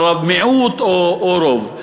מיעוט או רוב.